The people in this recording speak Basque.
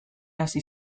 hasi